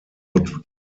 would